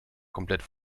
komplett